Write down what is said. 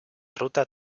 ruta